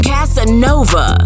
Casanova